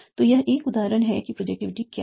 तो यह एक उदाहरण है कि प्रोजेक्टिविटी क्या है